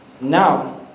Now